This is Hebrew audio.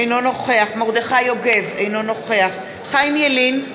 אינו נוכח מרדכי יוגב, אינו נוכח חיים ילין,